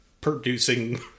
producing